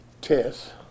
test